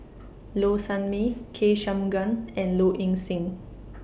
Low Sanmay K Shanmugam and Low Ing Sing